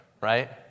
right